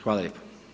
Hvala lijepo.